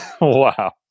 Wow